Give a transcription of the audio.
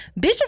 bitches